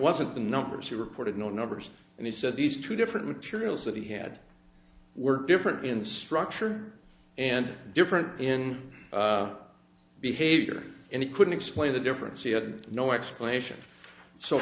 wasn't the numbers he reported no numbers and he said these two different materials that he had were different in structure and different in behavior and he couldn't explain the difference he had no explanation so